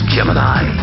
Gemini